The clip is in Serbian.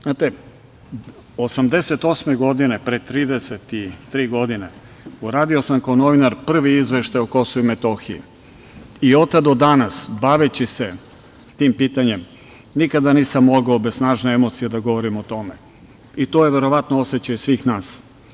Znate, 1988. godine, pre 33 godine, uradio sam kao novinar prvi izveštaj o Kosovu i Metohiji i od tada do danas baveći se tim pitanjem nikada nisam mogao bez snažne emocije da govorim o tome i to je verovatno osećaj svih nas.